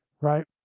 right